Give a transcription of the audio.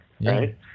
right